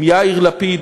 עם יאיר לפיד,